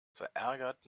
verärgert